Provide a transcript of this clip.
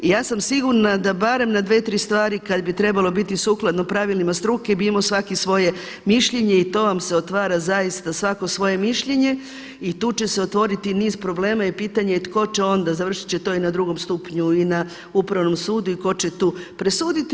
I ja sam sigurna da barem na dve, tri stvari kad bi trebalo biti sukladno pravilima struke bi imao svaki svoje mišljenje i to vam se otvara zaista svako svoje mišljenje i tu će se otvoriti niz problema i pitanje je tko će onda, završit će to i na drugom stupnju i na Upravnom sudu i tko će tu presuditi.